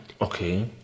Okay